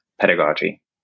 pedagogy